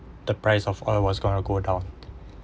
the price of oil was going to go down